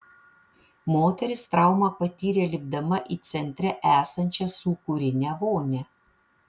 moteris traumą patyrė lipdama į centre esančią sūkurinę vonią